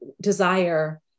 desire